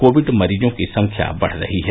Covid मरीजों की संख्या बढ़ रही है